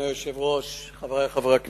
היושב ראש, חברי חברי הכנסת,